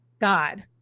God